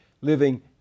living